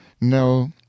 No